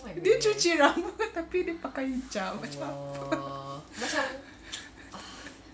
dia cuci rambut tapi dia pakai hijab macam